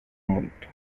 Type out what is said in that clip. muito